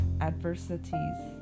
adversities